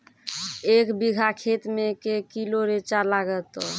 एक बीघा खेत मे के किलो रिचा लागत?